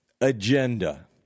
agenda